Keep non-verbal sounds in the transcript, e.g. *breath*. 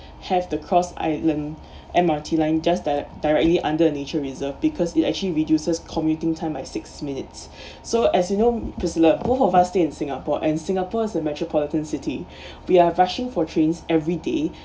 have the cross island M_R_T line just that directly under nature reserve because it actually reduces commuting time by six minutes *breath* so as you know priscilla both of our stay in singapore and singapore is a metropolitan city *breath* we are rushing for trains every day